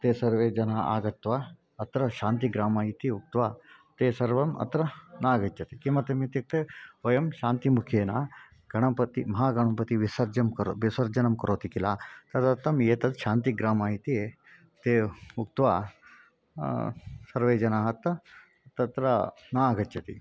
ते सर्वे जनाः आगत्य अत्र शान्तिग्रामम् इति उक्त्वा ते सर्वम् अत्र नागच्छन्ति किमर्थम् इत्युक्ते वयं शान्तिमुखेन गणपत्युः महागणपत्युः विसर्जनं करोति विसर्जनं करोति किल तदर्थम् एतत् शान्तिग्रामम् इति ते उक्त्वा सर्वे जनाः अत् तत्र नागच्छन्ति